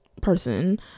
person